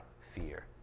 fear